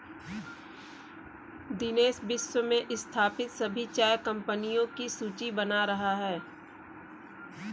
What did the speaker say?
दिनेश विश्व में स्थापित सभी चाय कंपनियों की सूची बना रहा है